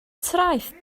traeth